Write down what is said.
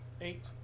Eight